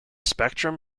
spectrum